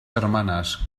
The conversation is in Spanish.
hermanas